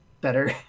better